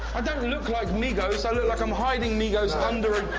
i don't look like migos. i look like i'm hiding migos. ah and i